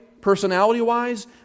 personality-wise